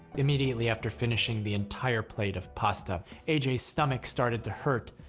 immediately after finishing the entire plate of pasta, aj's stomach started to hurt.